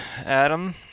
Adam